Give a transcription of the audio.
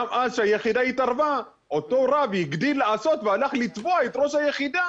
גם אז כשהיחידה התערבה אותו רב הגדיל לעשות והלך לתבוע את ראש היחידה